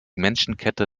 menschenkette